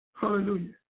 Hallelujah